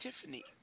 Tiffany